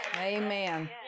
amen